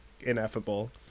ineffable